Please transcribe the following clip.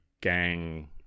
gang